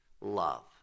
love